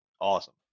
awesome